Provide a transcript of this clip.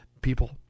People